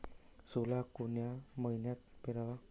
सोला कोन्या मइन्यात पेराव?